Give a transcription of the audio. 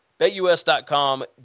BetUS.com